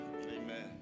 Amen